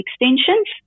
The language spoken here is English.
extensions